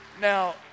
Now